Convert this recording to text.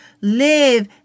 live